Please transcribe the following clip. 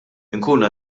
inkunu